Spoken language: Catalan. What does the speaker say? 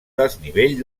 desnivell